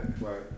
Right